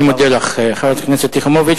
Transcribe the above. אני מודה לך, חברת הכנסת יחימוביץ.